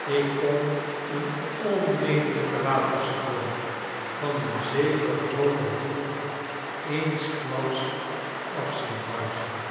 ik kon een onmetelijken waterstroom van een zekere groote hoogte eensklaps af zien bruisen